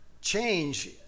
change